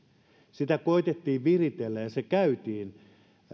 sitä koetettiin viritellä ja se käytiin